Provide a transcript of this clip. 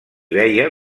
veia